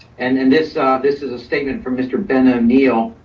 and and this ah this is a statement from mr. ben o'neil,